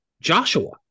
Joshua